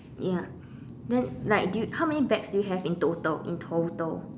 ya then like do you how many bags do you have in total in total